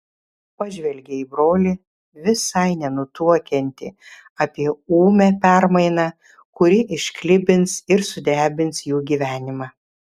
pažvelgė į brolį visai nenutuokiantį apie ūmią permainą kuri išklibins ir sudrebins jų gyvenimą